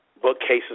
bookcases